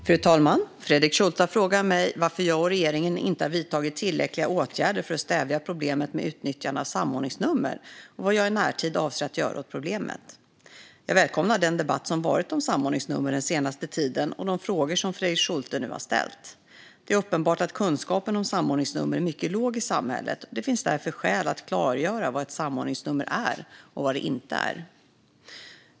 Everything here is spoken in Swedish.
Fru talman! Fredrik Schulte har frågat mig varför jag och regeringen inte har vidtagit tillräckliga åtgärder för att stävja problemet med utnyttjandet av samordningsnummer och vad jag i närtid avser att göra åt problemet. Jag välkomnar den debatt som varit om samordningsnummer den senaste tiden och de frågor som Fredrik Schulte nu har ställt. Det är uppenbart att kunskapen om samordningsnummer är mycket låg i samhället, och det finns därför skäl att klargöra vad ett samordningsnummer är och vad det inte är.